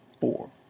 four